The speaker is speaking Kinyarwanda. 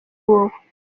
wowe